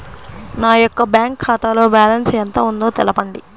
నా యొక్క బ్యాంక్ ఖాతాలో బ్యాలెన్స్ ఎంత ఉందో తెలపండి?